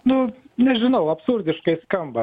nu nežinau absurdiškai skamba